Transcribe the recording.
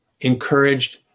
encouraged